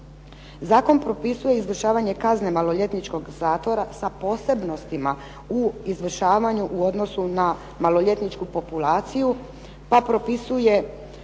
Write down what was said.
Zakon propisuje izvršavanje kazne maloljetničkog zatvora sa posebnostima u izvršavanju u odnosu na maloljetničku populaciju, pa propisuje